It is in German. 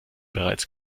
bereits